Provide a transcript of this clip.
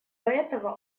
этого